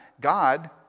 God